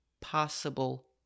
possible